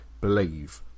believe